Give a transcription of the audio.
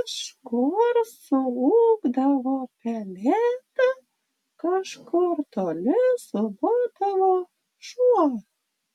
kažkur suūkdavo pelėda kažkur toli sulodavo šuo